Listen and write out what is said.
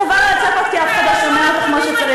חבל על הצעקות, כי אף אחד לא שומע אותך כמו שצריך.